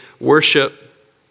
worship